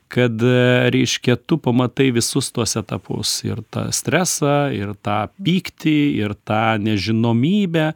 kad reiškia tu pamatai visus tuos etapus ir tą stresą ir tą pyktį ir tą nežinomybę